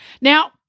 Now